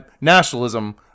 nationalism